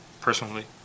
personally